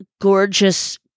gorgeous